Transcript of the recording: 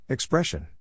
Expression